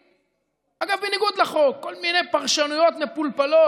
אגב, בניגוד לחוק, כל מיני פרשנויות מפולפלות.